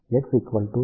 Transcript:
కాబట్టి L 3